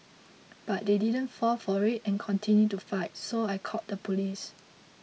but they didn't fall for it and continued to fight so I called the police